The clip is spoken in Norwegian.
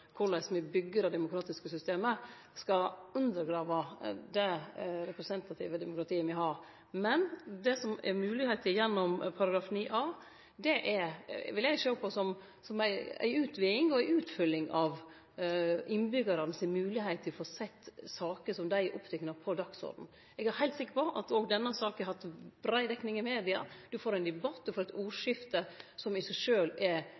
korleis me byggjer det demokratiske systemet, skal undergrave det representative demokratiet me har. Men det som er mogleg gjennom § 39a, vil eg sjå på som ei utviding og ei utfylling av innbyggjarane si moglegheit til å få sette saker som dei er opptekne av, på dagsorden. Eg er heilt sikker på at òg denne saka har hatt brei dekning i media. Du får ein debatt, du får eit ordskifte, som i seg sjølv er